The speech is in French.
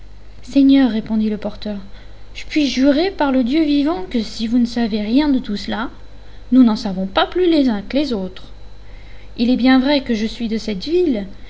seigneur répondit le porteur je puis jurer par le grand dieu vivant que si vous ne savez rien de tout cela nous n'en savons pas plus les uns que les autres il est bien vrai que je suis de cette ville